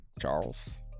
Charles